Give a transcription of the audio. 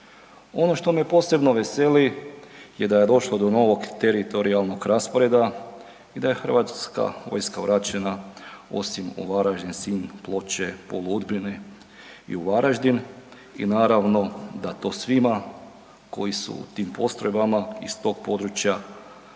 Ono što me posebno veseli je da je došlo do novog teritorijalnog rasporeda i da je HV vraćena osim u Varaždin, Sinj, Ploče, Pulu, Udbine i u Varaždin i naravno da to svima koji su u tim postrojbama iz tog područja